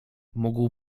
mógł